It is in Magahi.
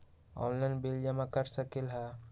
ऑनलाइन बिल जमा कर सकती ह?